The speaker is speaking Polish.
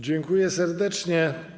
Dziękuję serdecznie.